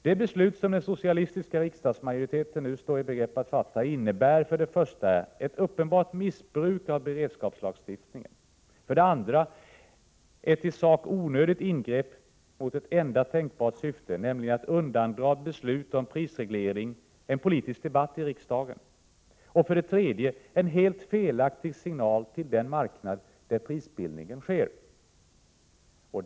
Det beslut som den socialistiska riksdagsmajoriteten nu står i begrepp att fatta innebär för det första uppenbart missbruk av en beredskapslagstiftning, för det andra ett i sak onödigt ingrepp med ett enda tänkbart syfte, nämligen att undandra beslut om prisreglering en politisk debatt i riksdagen, och för det tredje en helt felaktig signal till den marknad där prisbildningen sker.